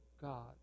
God